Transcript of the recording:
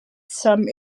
some